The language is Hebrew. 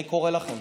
אני מקריא לכם.